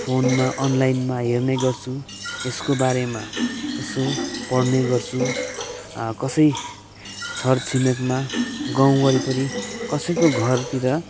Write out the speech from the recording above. फोनमा अनलाइनमा हेर्ने गर्छु यसको बारेमा यसो पढ्ने गर्छु कसै छर छिमेकमा गाउँ वरिपरि कसैको घरतिर